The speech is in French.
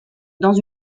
dans